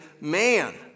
man